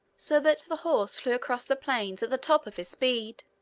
so that the horse flew across the plains at the top of his speed,